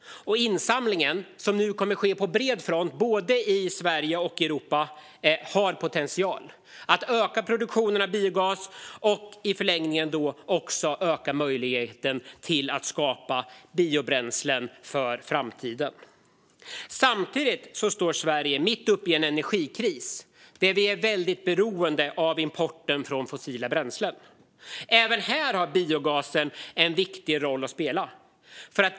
Insamlingen, som nu kommer att ske på bred front i både Sverige och Europa, har potential att öka produktionen av biogas och i förlängningen öka möjligheten att skapa biobränslen för framtiden. Samtidigt står Sverige mitt uppe i en energikris. Vi är beroende av importen av fossila bränslen. Även här har biogasen en viktig roll att spela.